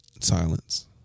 silence